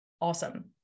Awesome